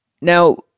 Now